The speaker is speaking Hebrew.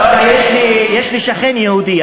דווקא יש לי שכן יהודי,